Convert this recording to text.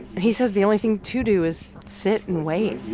and he says the only thing to do is sit and wait.